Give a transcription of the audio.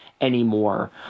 anymore